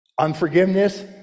unforgiveness